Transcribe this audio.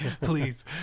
Please